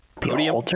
Podium